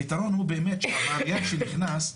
הפתרון הוא באמת שעבריין שנכנס,